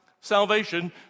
salvation